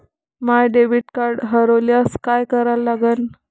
माय debit card हरोल्यास काय करा लागन?